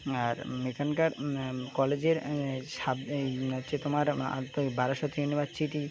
আর এখানকার কলেজের সাব হচ্ছে তোমার বা ইউনিভার্সিটি